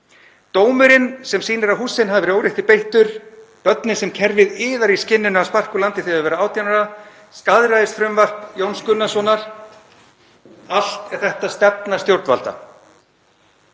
Dómurinn sem sýnir að Hussein hafi verið órétti beittur, börnin sem kerfið iðar í skinninu að sparka úr landi þegar þau verða 18 ára, skaðræðisfrumvarp Jóns Gunnarssonar: Allt er þetta stefna stjórnvalda.